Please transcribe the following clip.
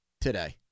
today